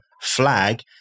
flag